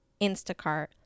Instacart